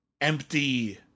empty